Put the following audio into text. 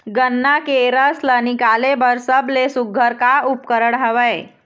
गन्ना के रस ला निकाले बर सबले सुघ्घर का उपकरण हवए?